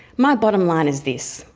my bottom line is this.